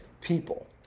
people